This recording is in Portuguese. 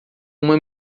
uma